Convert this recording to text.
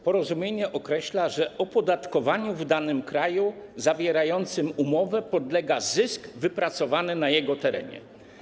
Porozumienie określa, że opodatkowaniu w danym kraju zawierającym umowę podlega zysk wypracowany na jego terenie.